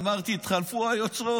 אמרתי, התחלפו היוצרות.